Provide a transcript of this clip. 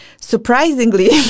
surprisingly